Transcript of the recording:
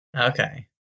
Okay